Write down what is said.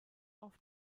auf